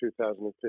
2015